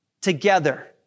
together